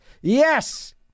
yes